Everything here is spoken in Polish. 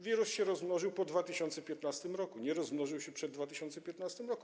Wirus się rozmnożył po 2015 r., nie rozmnożył się przed 2015 r.